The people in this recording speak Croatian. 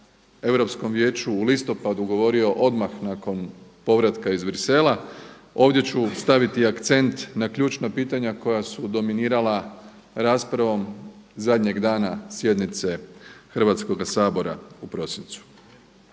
Europskom vijeću u listopadu govorio odmah nakon povratka iz Bruxellesa ovdje ću staviti akcent na ključna pitanja koja su dominirala raspravom zadnjeg dana sjednice Hrvatskoga sabora u prosincu